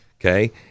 Okay